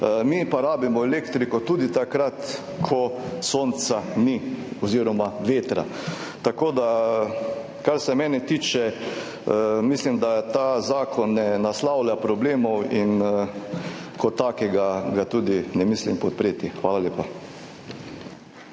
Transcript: mi pa potrebujemo elektriko tudi takrat, ko sonca oziroma vetra ni. Kar se mene tiče, mislim, da ta zakon ne naslavlja problemov in kot takega ga tudi ne mislim podpreti. Hvala lepa.